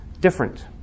different